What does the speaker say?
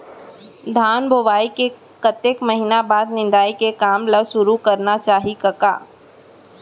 धान बोवई के कतेक महिना बाद निंदाई के काम ल सुरू करना चाही कका?